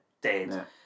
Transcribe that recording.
dead